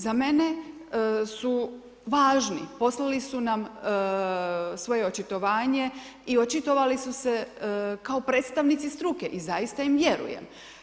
Za mene su važni, poslali su nam svoje očitovanje i očitovali su se kao predstavnici struke i zaista im vjerujem.